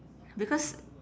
because